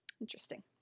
Interesting